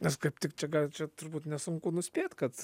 nes kaip tik čia gal čia turbūt nesunku nuspėt kad